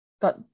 got